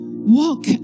Walk